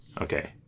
Okay